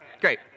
great